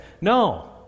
no